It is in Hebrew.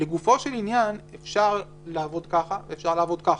לגופו של עניין, אפשר לעבוד ככה ואפשר לעבוד ככה.